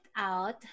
out